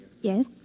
Yes